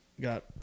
got